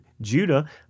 Judah